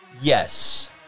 Yes